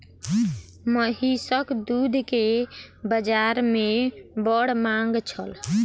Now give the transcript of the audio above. महीसक दूध के बाजार में बड़ मांग छल